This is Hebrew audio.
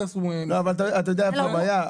איפה הבעיה?